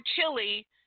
Chili